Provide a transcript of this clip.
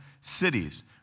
cities